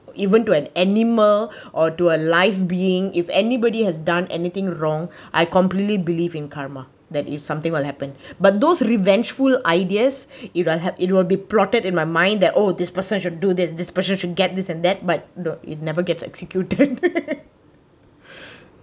even though an animal or do a live being if anybody has done anything wrong I completely believe in karma that if something will happen but those revengeful ideas it will have it will be plotted in my mind that oh this person should do this this person should get this and that but the it never gets executed